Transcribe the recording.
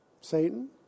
Satan